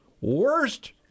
Worst